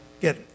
get